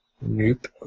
Nope